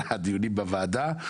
על הדיונים בוועדה.